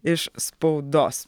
iš spaudos